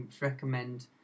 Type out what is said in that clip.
recommend